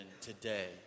today